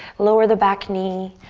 lower the back knee,